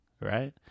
Right